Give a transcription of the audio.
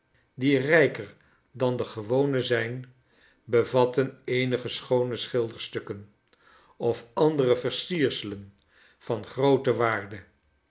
die rijker dan de gewone zijn bevatten eenige schoone schilderstukken of andere versierselen van groote waarde